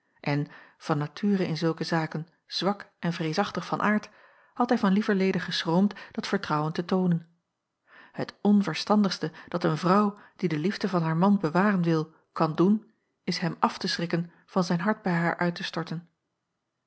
en van nature in zulke zaken zwak en vreesachtig van aard had hij van lieverlede jacob van ennep laasje evenster room dat vertrouwen te toonen het onverstandigste dat een vrouw die de liefde van haar man bewaren wil kan doen is hem af te schrikken van zijn hart bij haar uit te storten